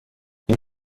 این